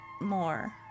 more